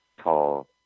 tall